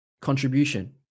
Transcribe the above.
Contribution